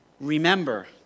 Remember